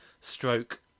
stroke